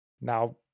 Now